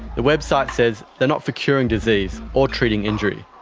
the website says they are not for curing disease or treating injury.